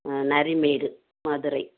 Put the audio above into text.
ம் நரிமேடு மதுரை